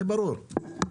זה ברור,